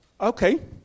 Okay